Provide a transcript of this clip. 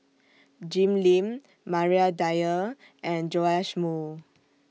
Jim Lim Maria Dyer and Joash Moo